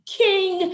king